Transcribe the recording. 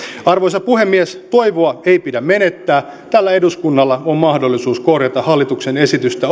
arvoisa puhemies toivoa ei pidä menettää tällä eduskunnalla on mahdollisuus korjata hallituksen esitystä